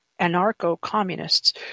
anarcho-communists